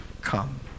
come